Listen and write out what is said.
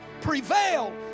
prevail